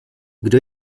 kdo